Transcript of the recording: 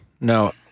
No